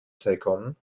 saigon